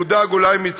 הוא מודאג אולי מהביקורת,